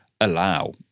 allow